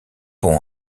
pont